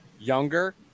Younger